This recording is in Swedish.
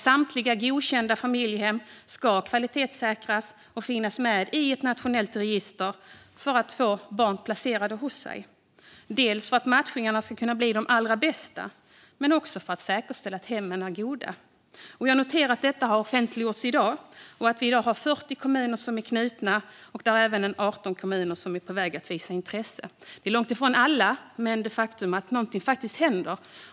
Samtliga godkända familjehem ska kvalitetssäkras och finnas med i ett nationellt register för att få barn placerade hos sig, dels för att matchningarna ska kunna bli de allra bästa, dels för att säkerställa att hemmen är goda. Jag noterar att detta har offentliggjorts i dag och att det nu är 40 kommuner som är knutna till det här. Det är även 18 kommuner som är på väg att visa intresse. Det är långt ifrån alla, men det är ett faktum att någonting händer.